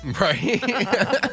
Right